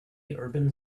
urban